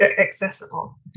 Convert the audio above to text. accessible